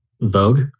Vogue